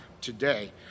today